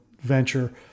venture